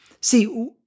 See